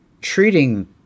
treating